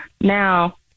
now